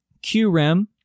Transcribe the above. Qrem